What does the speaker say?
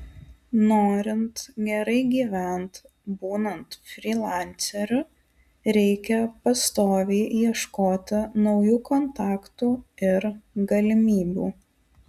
norint gerai gyvent būnant frylanceriu reikia pastoviai ieškoti naujų kontaktų ir galimybių